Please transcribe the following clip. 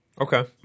Okay